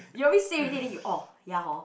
you always say already then you oh ya hor